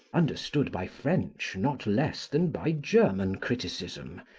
understood by french not less than by german criticism,